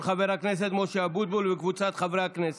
של חבר הכנסת משה אבוטבול וקבוצת חברי הכנסת.